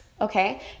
Okay